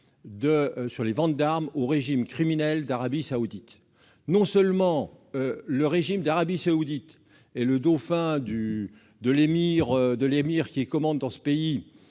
sur les ventes d'armes au régime criminel d'Arabie saoudite. Non seulement le régime d'Arabie saoudite et le dauphin de l'émir dictateur qui commande dans ce pays